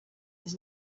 his